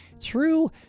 true